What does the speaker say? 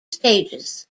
stages